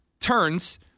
turns